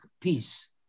peace